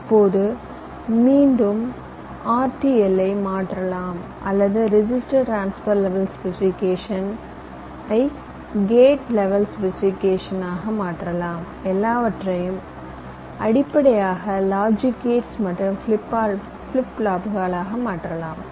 இப்போது மீண்டும் ஆர்டிஎல்லை மாற்றலாம் அல்லது ரெஜிஸ்டர் டிரான்ஸ்பர் லெவல் ஸ்பெசிஃபிகேஷன் ஐ கேட் லெவல் ஸ்பெசிஃபிகேஷன் ஆக மாற்றலாம் எல்லாவற்றையும் அடிப்படை லாஜிக் கேட்ஸ் மற்றும் ஃபிளிப் ஃப்ளாப்புகளாக மாற்றலாம்